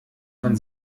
von